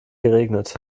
geregnet